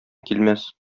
килмәс